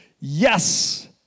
Yes